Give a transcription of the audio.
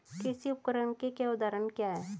कृषि उपकरण के उदाहरण क्या हैं?